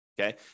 okay